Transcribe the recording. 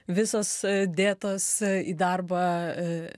visos dėtos į darbą